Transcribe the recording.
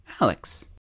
Alex